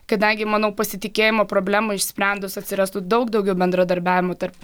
kadangi manau pasitikėjimo problemą išsprendus atsirastų daug daugiau bendradarbiavimo tarp